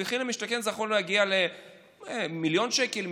במחיר למשתכן זה יכול להגיע למיליון שקל,